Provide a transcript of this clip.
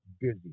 busy